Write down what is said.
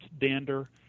dander